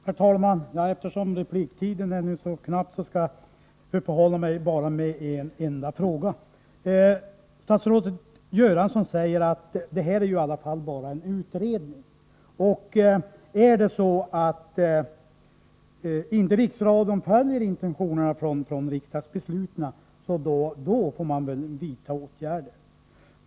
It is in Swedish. Herr talman! Eftersom repliktiden är så knapp, skall jag uppehålla mig bara vid en enda fråga. Statsrådet Göransson säger att det här trots allt bara är fråga om en utredning och att man, om det visar sig att Riksradion inte följer intentionerna från riksdagsbesluten, i det läget får vidta åtgärder.